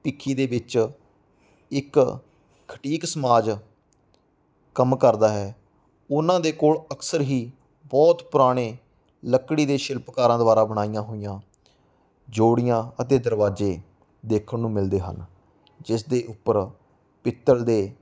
ਭਿਖੀ ਦੇ ਵਿੱਚ ਇੱਕ ਖਟੀਕ ਸਮਾਜ ਕੰਮ ਕਰਦਾ ਹੈ ਉਹਨਾਂ ਦੇ ਕੋਲ ਅਕਸਰ ਹੀ ਬਹੁਤ ਪੁਰਾਣੇ ਲਕੜੀ ਦੇ ਸ਼ਿਪਲਕਾਰਾਂ ਦੁਆਰਾ ਬਣਾਈਆਂ ਹੋਈਆਂ ਜੋੜੀਆਂ ਅਤੇ ਦਰਵਾਜੇ ਦੇਖਣ ਨੂੰ ਮਿਲਦੇ ਹਨ ਜਿਸ ਦੇ ਉੱਪਰ ਪਿੱਤਲ ਦੇ